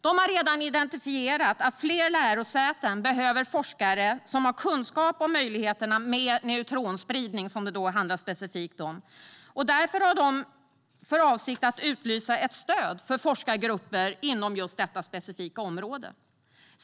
De har redan identifierat att fler lärosäten behöver forskare som har kunskap om möjligheterna med neutronspridning, som det specifikt handlar om, och därför har de för avsikt att utlysa ett stöd för forskargrupper inom just detta specifika område.